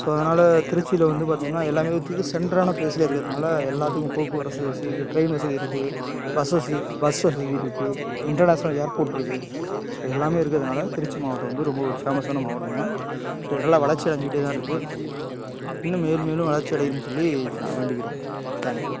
so அதனால திருச்சியில் வந்து பார்த்திங்கனா எல்லாமேத்துக்கு சென்டரான ப்லேஸில் இருக்கறதுனால எல்லாத்துக்கும் போக்குவரசு சீக்கு ட்ரெயின் வசதி இருக்குது பஸ் வசதி பஸ் வசதி இருக்குது இன்டர்நேஷ்னல் ஏர்போர்ட்டிருக்கு ஸோ எல்லாமே இருக்கறதுனால திருச்சி மாவட்டம் வந்து ரொம்ப ஒரு ஃபேமசான மாவட்டம்தான் நல்லா வளர்ச்சியடைஞ்கிட்டே தான் இருக்குது இன்னும் மேலும் மேலும் வளர்ச்சி அடையணும் சொல்லி நான் வேண்டிக்கிறோம் தேங்க் யூ